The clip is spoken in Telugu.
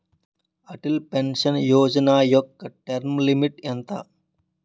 అటల్ పెన్షన్ యోజన యెక్క టర్మ్ లిమిట్ ఎంత?